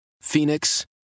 Phoenix